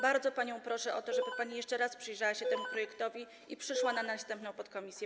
Bardzo panią proszę o to, żeby pani jeszcze raz przyjrzała się temu projektowi i przyszła na następne posiedzenie podkomisji.